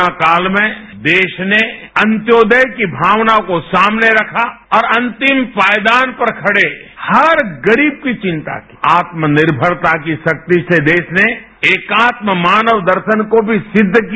corona काल में देश नेयन्योदय के भावनाओं को सामने रखा और अंतिम पायदान पर खड़े हर गरीब की चिंता की आत्मनिर्भरता की शक्ति से देश ने एकात्म मानव दर्शन को भी सिद्ध किया